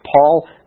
Paul